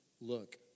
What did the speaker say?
look